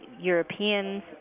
Europeans